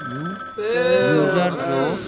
U user जो